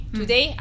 today